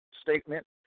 statement